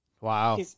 Wow